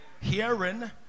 hearing